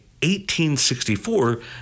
1864